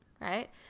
Right